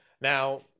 Now